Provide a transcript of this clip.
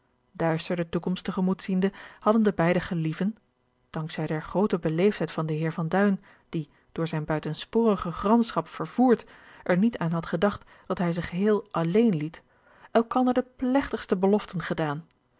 duister de toekomst te gemoet ziende hadden de beide gelieven dank zij der groote beleefdheid van den heer van duin die door zijne buitensporige gramschap vervoerd er niet aan had gedacht dat hij ze geheel alléén liet elkander de plegtigste beloften gedaan